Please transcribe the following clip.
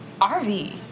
RV